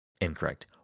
Incorrect